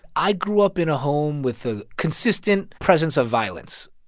i grew up in a home with a consistent presence of violence.